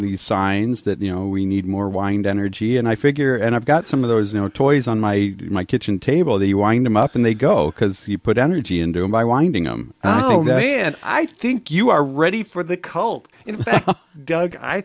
these signs that you know we need more wind energy and i figure and i've got some of those no toys on my my kitchen table the you wind them up and they go because you put energy into it by winding them and i think you are ready for the cult doug i